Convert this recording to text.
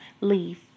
leave